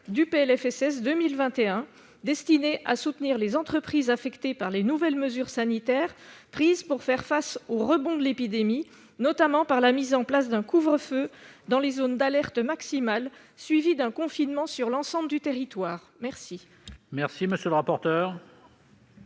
du PLFSS pour 2021, destiné à soutenir les entreprises affectées par les nouvelles mesures sanitaires prises pour faire face au rebond de l'épidémie, notamment par la mise en place d'un couvre-feu dans les zones d'alerte maximale, suivie d'un confinement sur l'ensemble du territoire. Quel